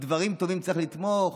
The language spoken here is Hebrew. "בדברים טובים צריך לתמוך".